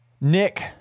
Nick